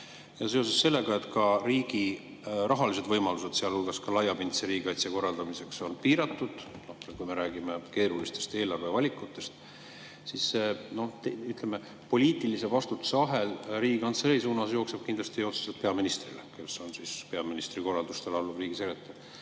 Riigikontroll. Riigi rahalised võimalused, sealhulgas laiapindse riigikaitse korraldamiseks, on piiratud. Kui me räägime keerulistest eelarvevalikutest, siis poliitilise vastutuse ahel Riigikantselei suunas jookseb kindlasti otseselt peaministrini. On peaministri korraldustele alluv riigisekretär.